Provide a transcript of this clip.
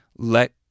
Let